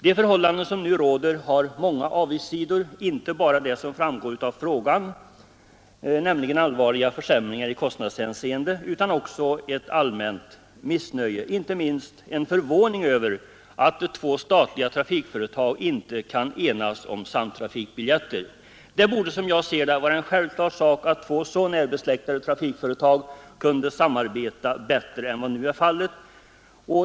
De förhållanden som nu råder har många avigsidor, inte bara det som framgår av frågan, nämligen allvarliga försämringar i kostnadshänseende, utan också ett allmänt missnöje och inte minst en förvåning över att två statliga trafikföretag inte kan enas om samtrafikbiljetter. Som jag ser det borde det vara en självklar sak att två så närbesläktade trafikföretag kunde samarbeta bättre än vad nu är fallet.